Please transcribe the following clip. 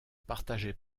partageait